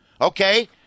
Okay